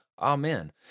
Amen